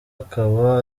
akaba